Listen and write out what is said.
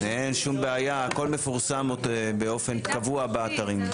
אין שום בעיה, הכול מפורסם באופן קבוע באתרים.